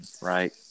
right